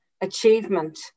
achievement